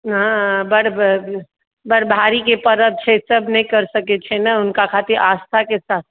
हँ हँ बड़ बड़ भारी ई परब छै सब नहि कर सकैत छै ने हुनका खातिर आस्थाके साथ